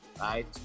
right